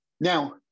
now